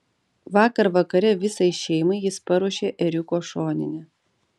vakar vakare visai šeimai jis paruošė ėriuko šoninę